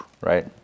right